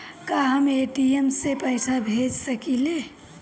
का हम ए.टी.एम से पइसा भेज सकी ले?